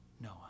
Noah